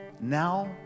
Now